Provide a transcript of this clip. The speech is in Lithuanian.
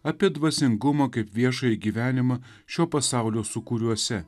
apie dvasingumą kaip viešąjį gyvenimą šio pasaulio sūkuriuose